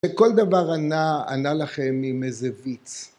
שכל דבר ענה, ענה לכם עם איזה ויץ.